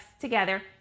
together